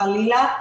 חלילה,